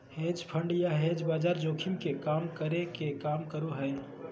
hedge fund या hedge बाजार जोखिम के कम करे के काम करो हय